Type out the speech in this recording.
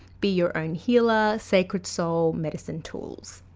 be your own healer sacred soul medicine tools.